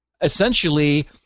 essentially